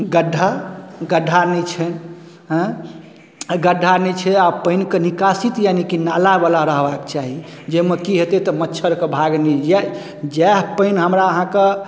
गड्ढा गड्ढा नहि छै हँ गड्ढा नहि छै तऽ आब पानिके निकासी तऽ यानिकि नालावला रहबाके चाही जैमे की हेतै तऽ मच्छर के भाग नैये जैह पानि हमरा अहाँके